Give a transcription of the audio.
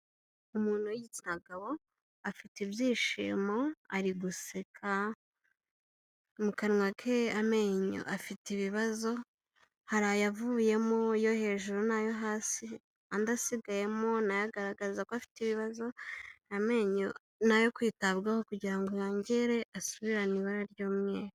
Umuntu w'igitsina gabo, afite ibyishimo, ari guseka, mu kanwa ke amenyo afite ibibazo, hari ayavuyemo yo hejuru n'ayo hasi, andi asigayemo na yo aragaragaza ko afite ibibazo, amenyo ni ayo kwitabwaho kugira ngo yongere asubirane ibara ry'umweru.